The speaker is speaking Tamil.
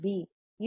பி